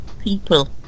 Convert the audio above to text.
people